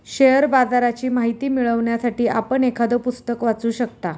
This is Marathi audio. शेअर बाजाराची माहिती मिळवण्यासाठी आपण एखादं पुस्तक वाचू शकता